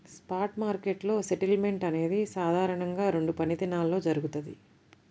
spot మార్కెట్లో settlement అనేది సాధారణంగా రెండు పనిదినాల్లో జరుగుతది,